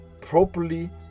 properly